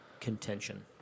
contention